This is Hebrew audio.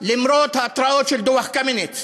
למרות ההתראות של דוח קמיניץ,